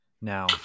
now